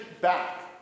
back